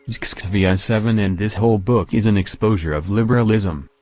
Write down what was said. yeah x x v i i seven and this whole book is an exposure of liberal ism,